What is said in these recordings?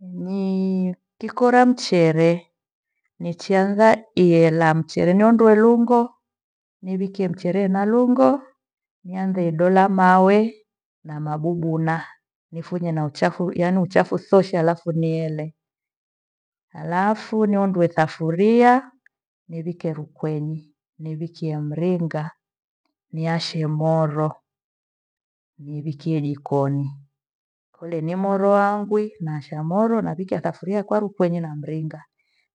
Nyee kikora mchere, nichagha iyela mchele niondoe lungo niwikie mchere ena lungo niathe idola mawe na mabubuna nifunye na uchafu yaai uchafu sosha halafu niyene. Halafu niondoe safuria niwike rukwenyi, niwikie mringa niashe moro niwikie jikoni. Kole ni moro wangwi nasha moro navikia safuria kwarukwenyi na mringa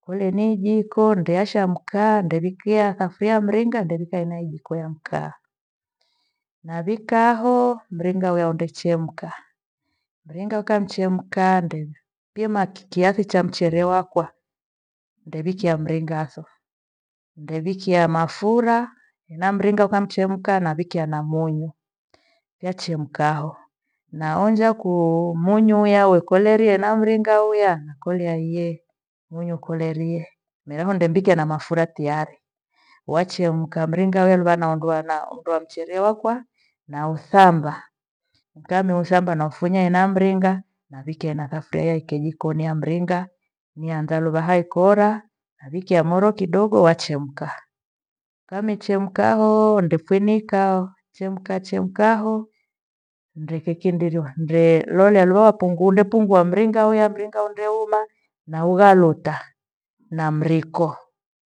kole ni ijiko nde asha mkaa ndewikia safuria mringa ndevika ena ijiko ya mkaa. Navikahoo mringa huya enda chemka, mringa uka mchemkande pima kiathi cha mchere wakwa ndewikia mringa tho. Ndewikia mafura na mringa ukamchemka na wikia na munyu, yachemkaho naonja ku munyu yawekolerie na mringa huya nakolea iye munyu kolerie, merehondembikie na mafura tiari wachia mka mringa huya luvanaondoa nao- ondoa mchere wakwa nauthamba, mkame othamba naufunya ena mringa na vikie ena thafuria yaikie jikoni ya mringa nihathalo luva hai kora navikia moro kidogo wachemka. Kamechemka hoo ndefinikwao chemka chemka ho ndekekinderio nde- lolia luva vapungunde pungua mringa huya mringa onde huma naughaluta na mriko.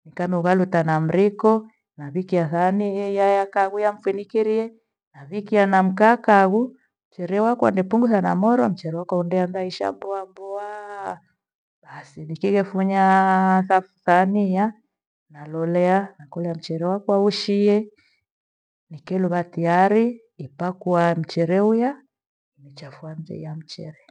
Nikanughaluta na mriko navikia thahani yeyayakawia mfinikirie navikia na mkaa kawu cherewakwa na nepengutha na moro mchere wako ondeanza isha mboa mboaa basi nichighefunya safu- saani iya nalolea nakora mchele wakwa ushiye nikeleugha tiyari nipakua mchere huya nichafuadhia mchere.